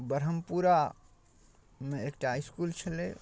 ब्रह्मपुरामे एकटा इसकुल छलै